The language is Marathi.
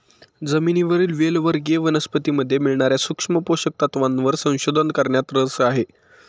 जमिनीवरील वेल वर्गीय वनस्पतीमध्ये मिळणार्या सूक्ष्म पोषक तत्वांवर संशोधन करण्यात रस आहे